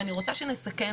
ואני רוצה שנסכם,